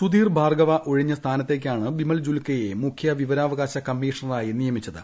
സുധീർ ഭാർഗവ ഒഴിഞ്ഞ സ്ഥാനത്താണ് ബിമൽ ജുൽക്കയെ മുഖ്യ വിവരാവകാശ കമ്മീഷണറായി നിയമിച്ചത്